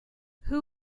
who